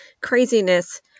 craziness